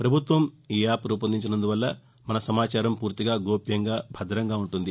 ప్రభుత్వం ఈ యాప్ రూపొందించినందువల్ల మన సమాచారం పూర్తిగా గోప్యంగా భదంగా ఉంటుంది